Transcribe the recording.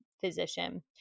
physician